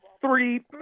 three